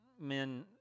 men